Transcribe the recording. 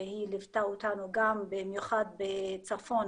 שהיא ליוותה אותנו במיוחד בצפון